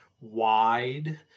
wide